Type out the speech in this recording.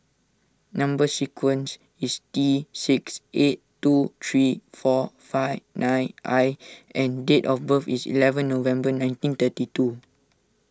Number Sequence is T six eight two three four five nine I and date of birth is eleven November nineteen thiry two